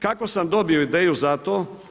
Kako sam dobio ideju za to?